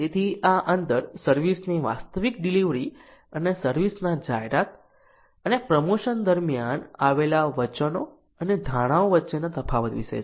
તેથી આ અંતર સર્વિસ ની વાસ્તવિક ડિલિવરી અને સર્વિસ ના જાહેરાત અને પ્રમોશન દરમિયાન આપેલા વચનો અને ધારણાઓ વચ્ચેના તફાવત વિશે છે